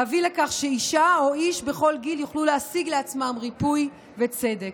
להביא לכך שאישה או איש בכל גיל יוכלו להשיג לעצמם ריפוי וצדק.